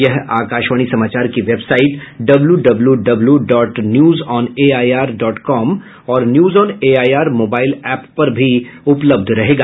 यह आकाशवाणी समाचार की website W W W dot news on AIR dot com और news on AIR mobile app पर भी उपलब्ध रहेगा